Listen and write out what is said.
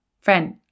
Friend